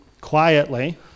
quietly